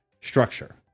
structure